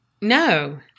No